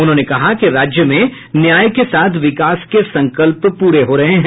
उन्होंने कहा कि राज्य में न्याय के साथ विकास के संकल्प पूरे हो रहे है